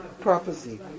Prophecy